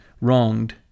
wronged